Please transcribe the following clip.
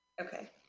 Okay